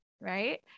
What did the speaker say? Right